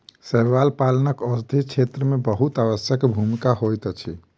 शैवाल पालनक औषधि क्षेत्र में बहुत आवश्यक भूमिका होइत अछि